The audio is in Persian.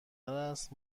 است